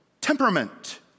temperament